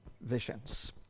visions